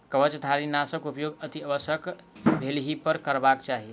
कवचधारीनाशक उपयोग अतिआवश्यक भेलहिपर करबाक चाहि